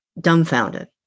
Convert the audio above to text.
dumbfounded